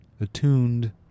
attuned